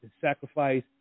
sacrifice